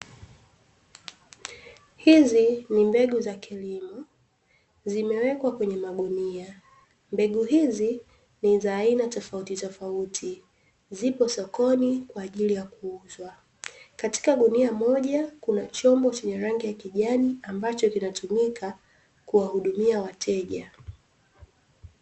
Hizi ni mbegu za kilimo zimewekwa kwenye magunia. Mbegu hizi ni za aina tofautitofauti, zipo sokoni kwa ajili ya kuuzwa. Katika gunia moja kuna chombo chenye rangi ya kijani ambacho kinatumika kuwahudumia wateja.